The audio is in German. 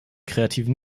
kreativen